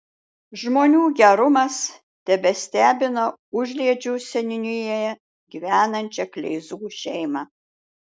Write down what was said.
žmonių gerumas tebestebina užliedžių seniūnijoje gyvenančią kleizų šeimą